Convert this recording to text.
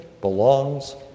belongs